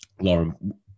Lauren